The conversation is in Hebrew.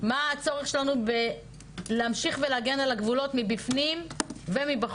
מה הצורך שלנו להמשיך ולהגן על הגבולות במפנים ומבחוץ.